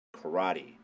karate